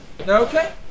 Okay